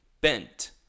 bent